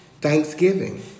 Thanksgiving